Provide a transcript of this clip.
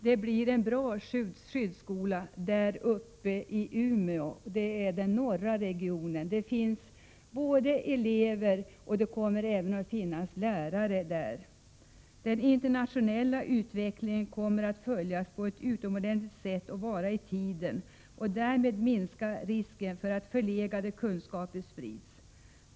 Det blir en bra skyddsskola där uppe i Umeå i den norra regionen. Det finns elever, och det kommer även att finnas lärare där. Den internationella utvecklingen kommer att följas på ett utomordentligt sätt och vara i tiden, och därmed minskar risken för att förlegade kunskaper sprids.